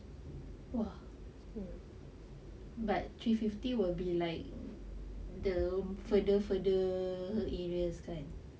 !wah! but three fifty will be like the further further areas kan